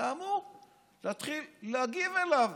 ואתה אמור להתחיל להגיב עליו